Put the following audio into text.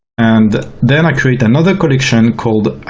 and then, i create another collection called